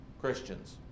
Christians